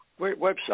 website